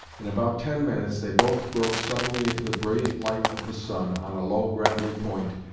in about ten minutes they both broke suddenly into the brilliant light of the sun, on a low gravelly point,